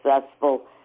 successful